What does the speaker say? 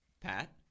Pat